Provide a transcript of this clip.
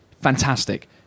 Fantastic